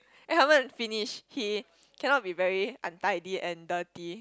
I haven't finish he cannot be very untidy and dirty